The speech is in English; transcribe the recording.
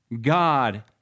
God